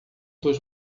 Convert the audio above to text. dos